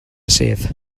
sedd